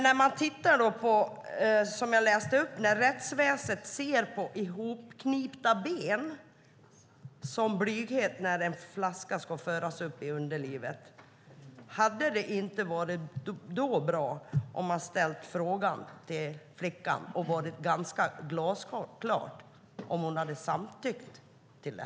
Som jag också sade tidigare ser rättsväsendet på ihopknipta ben som ett uttryck för blyghet när en flaska ska föras upp i underlivet. Hade det då inte varit bra att ställa frågan till flickan och därmed kunnat vara glasklar över ifall hon samtyckte till det?